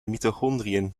mitochondriën